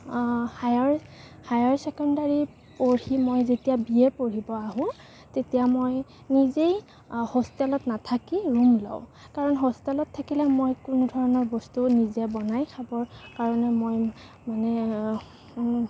higher higher secondary পঢ়ি মই যেতিয়া বি এ পঢ়িব আহোঁ তেতিয়া মই নিজেই হোষ্টেলত নাথাকি ৰূম লওঁ কাৰণ হোষ্টেলত থাকিলে মই কোনো ধৰণৰ বস্তু নিজে বনাই খাব কাৰণে মই মানে